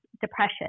depression